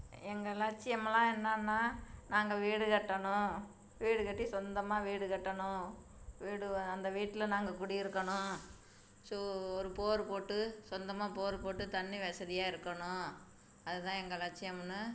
எங்கள் லட்சியம்லாம் என்னென்னா நாங்கள் வீடு கட்டணும் வீடு கட்டி சொந்தமாக வீடு கட்டணும் வீடு அந்த வீட்டில நாங்கள் குடி இருக்கணும் ஸோ ஒரு போர் போட்டு சொந்தமாக போர் போட்டு தண்ணி வசதியாக இருக்கணும் அது தான் எங்கள் லட்சியம்னு